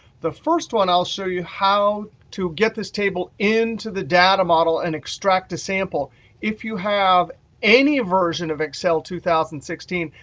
the first one i'll show you how to get this table into the data model and extract a sample if you have any version of excel two thousand and sixteen.